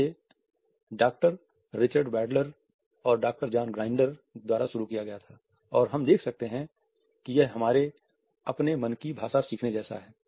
जिसे doctor Richard Bandler द्वारा शुरू किया गया था और हम देख सकते हैं कि यह हमारे अपने मन की भाषा सीखने जैसा है